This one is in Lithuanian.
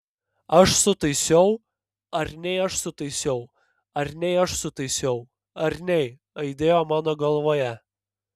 aš sutaisiau ar nei aš sutaisiau ar nei aš sutaisiau ar nei aidėjo mano galvoje